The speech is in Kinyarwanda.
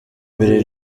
mbere